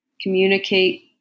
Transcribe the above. communicate